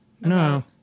No